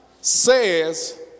says